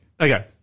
Okay